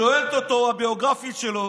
שואלת אותו הביוגרפית שלו: